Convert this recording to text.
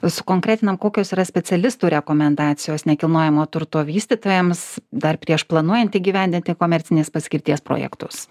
sukonkretinam kokios yra specialistų rekomendacijos nekilnojamo turto vystytojams dar prieš planuojant įgyvendinti komercinės paskirties projektus